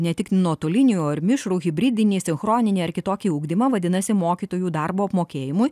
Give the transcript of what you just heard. ne tik nuotolinį ar mišrų hibridinį sinchroninį ar kitokį ugdymą vadinasi mokytojų darbo apmokėjimui